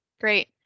Great